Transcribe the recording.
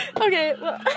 Okay